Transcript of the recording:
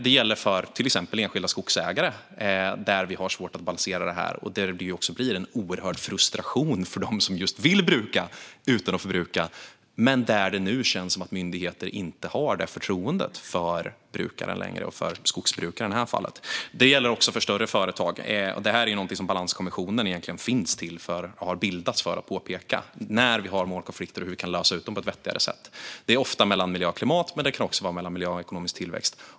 Det gäller till exempel enskilda skogsägare där vi har svårt att balansera detta och där det också blir en oerhörd frustration för dem som just vill bruka utan att förbruka. Men nu känns det som att myndigheter inte har detta förtroende för brukare längre, och i detta fall för skogsbrukare. Detta gäller också för större företag. Balanskommissionen har bildats för detta, alltså hur vi kan lösa målkonflikter som uppkommer på ett vettigare sätt. Målkonflikterna finns ofta mellan miljö och klimat, men det kan också vara mellan miljö och ekonomisk tillväxt.